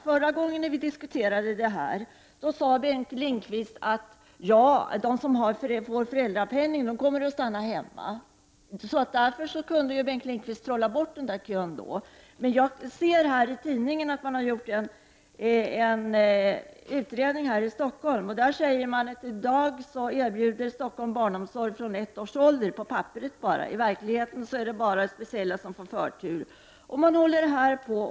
Förra gången vi diskuterade det här sade Bengt Lindqvist att de som får föräldrapenning kommer att stanna hemma. På det viset kunde Bengt Lindqvist trolla bort kön. Jag ser i tidningen att man har gjort en utredning här i Stockholm. Man säger där att Stockholm i dag erbjuder barnomsorg från ett års ålder bara på pappret — i verkligheten är det bara speciella som får förtur till den.